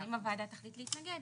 אבל אם הוועדה תחליט להתנגד,